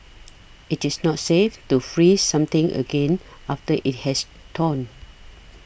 it is not safe to freeze something again after it has thawed